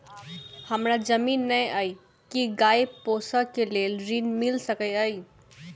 हमरा जमीन नै अई की गाय पोसअ केँ लेल ऋण मिल सकैत अई?